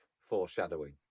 foreshadowing